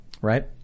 right